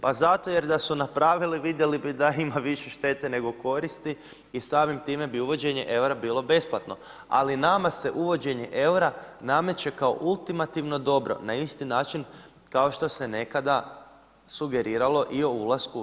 Pa zato jer da su napravili, vidjeli bi da ima više štete nego koristi, i samim time bi uvođenje eura bilo besplatno, ali nama se uvođenje eura nameće kao ultimativno dobro, na isti način kao što se nekada sugeriralo i o ulasku u EU.